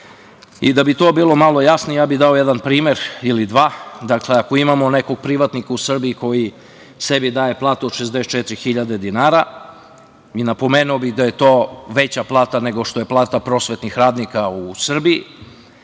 bi to bilo malo jasnije, ja sam dao jedan primer ili dva. Ako imamo nekog privatnika u Srbiji koji sebi daje platu od 64 hiljade dinara i napomenuo bih da je to veća plata nego što je plata prosvetnih radnika u Srbiji,